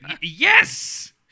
Yes